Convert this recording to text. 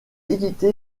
édité